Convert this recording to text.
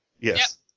Yes